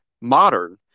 modern